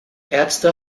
ärzte